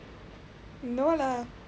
no lah